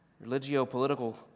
religio-political